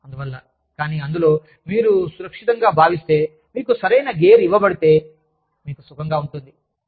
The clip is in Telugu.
అందువల్ల కానీ అందులో మీరు సురక్షితంగా భావిస్తే మీకు సరైన గేర్ ఇవ్వబడితే మీకు సుఖంగా ఉంటుంది